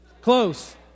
Close